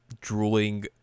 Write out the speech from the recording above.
drooling